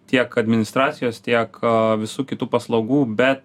tiek administracijos tiek visų kitų paslaugų bet